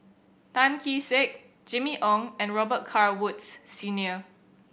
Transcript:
Tan Kee Sek Jimmy Ong and Robet Carr Woods Senior